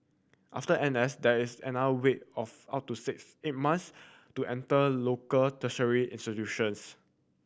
after N S there is another wait of up to six eight months to enter local tertiary institutions